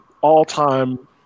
all-time